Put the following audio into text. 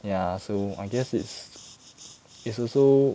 ya so I guess it's it's also